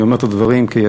אני אומר את הדברים כידיד,